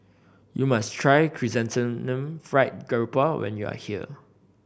you must try Chrysanthemum Fried Garoupa when you are here